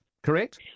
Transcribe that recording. Correct